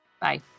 Bye